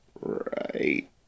Right